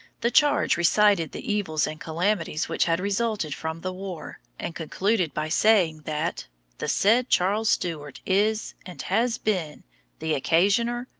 the charge recited the evils and calamities which had resulted from the war, and concluded by saying that the said charles stuart is and has been the occasioner,